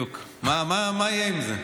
זאת הכנסת.